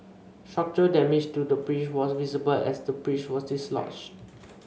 structural damage to the bridge was visible as the bridge was dislodged